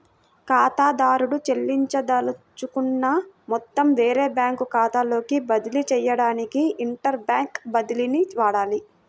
ఖాతాదారుడు చెల్లించదలుచుకున్న మొత్తం వేరే బ్యాంకు ఖాతాలోకి బదిలీ చేయడానికి ఇంటర్ బ్యాంక్ బదిలీని వాడాలి